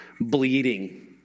bleeding